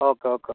okay okay